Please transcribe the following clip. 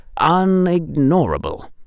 unignorable